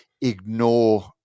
ignore